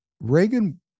Reagan